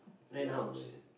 ya man